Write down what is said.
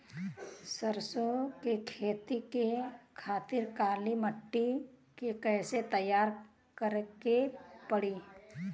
सरसो के खेती के खातिर काली माटी के कैसे तैयार करे के पड़ी?